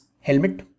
helmet